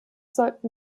sollten